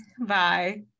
Bye